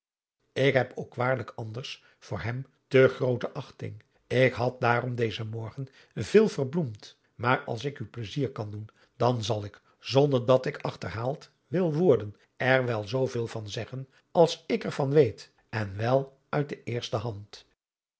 ik heb ook waarlijk anders voor hem te groote achting ik had daarom dezen morgen veel verbloemd maar als ik u plaisier kan doen dan zal ik zonder dat ik achterhaald wil worden er wel zoo veel van zeggen als ik er van weet en wel uit de eerste hand